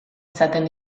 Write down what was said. izaten